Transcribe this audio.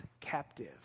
captive